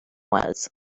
was